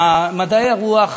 מדעי הרוח,